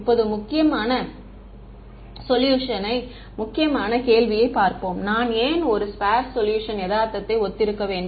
இப்போது முக்கியமான கேள்வியைப் பார்ப்போம் நான் ஏன் என் ஸ்பெர்ஸ் சொல்யூஷனின் யதார்த்தத்தை ஒத்திருக்க வேண்டும்